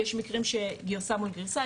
יש מקרים שגרסה מול גרסה,